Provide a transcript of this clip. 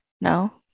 no